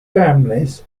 families